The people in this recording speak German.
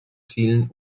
zielen